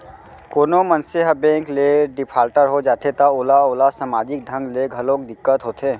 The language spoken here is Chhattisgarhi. कोनो मनसे ह बेंक ले डिफाल्टर हो जाथे त ओला ओला समाजिक ढंग ले घलोक दिक्कत होथे